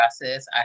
process